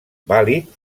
vàlid